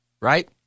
right